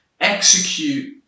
execute